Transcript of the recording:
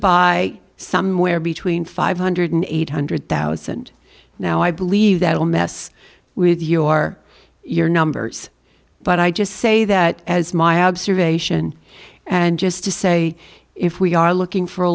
buy somewhere between five hundred and eight hundred thousand now i believe that will mess with your your numbers but i just say that as my observation and just to say if we are looking for a